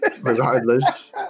regardless